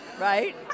Right